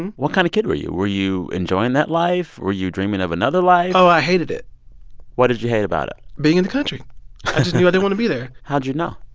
and what kind of kid were you? were you enjoying that life? were you dreaming of another life? oh, i hated it what did you hate about it? being in the country i just knew i didn't want to be there how did you know?